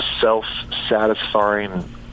self-satisfying